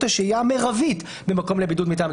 השהייה המרבית במקום לבידוד מטעם המדינה.